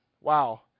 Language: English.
Wow